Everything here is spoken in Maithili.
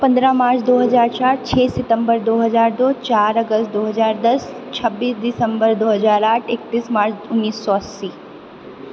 पन्द्रह मार्च दू हजार चारि छओ सितम्बर दू हजार दू चारि अगस्त दू हजार दश छब्बीस दिसम्बर दू हजार आठ एकतीस मार्च उन्नैस सए अस्सी